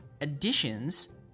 additions